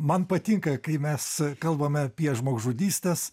man patinka kai mes kalbame apie žmogžudystes